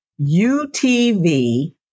UTV